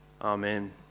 Amen